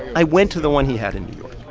i went to the one he had in new york